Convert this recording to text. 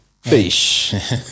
fish